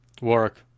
work